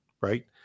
right